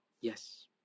Yes